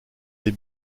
des